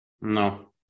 No